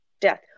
death